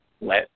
let